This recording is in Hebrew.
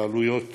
בעלויות